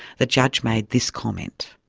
the judge made this comment.